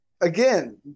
again